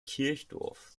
kirchdorf